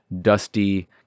dusty